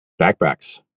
backpacks